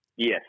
Yes